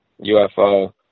UFO